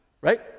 right